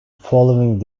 following